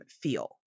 feel